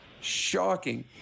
Shocking